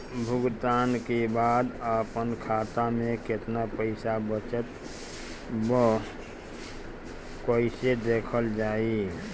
भुगतान के बाद आपन खाता में केतना पैसा बचल ब कइसे देखल जाइ?